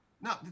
No